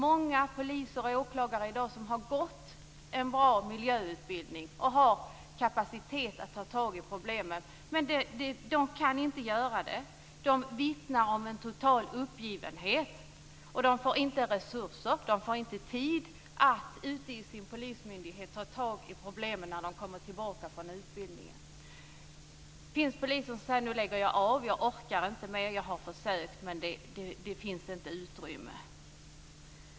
Många poliser och åklagare har i dag gått en bra miljöutbildning och har kapacitet att ta tag i problemen, men de kan inte göra det. De vittnar om en total uppgivenhet. De får inte resurser och tid att ute i sin polismyndighet ta tag i problemen när de kommer tillbaka från utbildningen. Det finns poliser som säger: Nu lägger jag av. Jag orkar inte mer. Jag har försökt, men det finns inte utrymme.